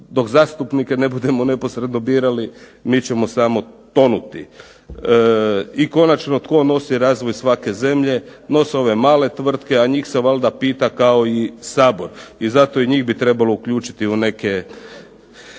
dok zastupnike ne budemo neposredno birali mi ćemo samo tonuti. I konačno, tko nosi razvoj svake zemlje. Nose ove male tvrtke a njih se valjda pita kao i Sabor i zato i njih bi trebalo uključiti u neke